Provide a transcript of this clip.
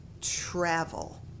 travel